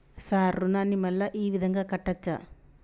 Sir రుణాన్ని మళ్ళా ఈ విధంగా కట్టచ్చా?